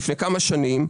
לפני כמה שנים,